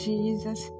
Jesus